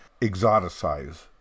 exoticize